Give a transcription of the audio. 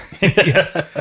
Yes